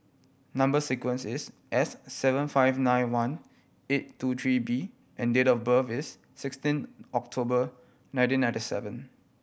number sequence is S seven five nine one eight two three B and date of birth is sixteen October nineteen ninety seven